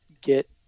get